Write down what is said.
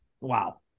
wow